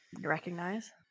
recognize